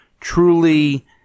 truly